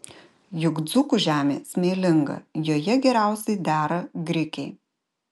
juk dzūkų žemė smėlinga joje geriausiai dera grikiai